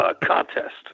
Contest